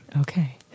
Okay